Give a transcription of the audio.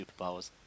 superpowers